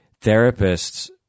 therapists